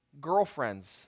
girlfriends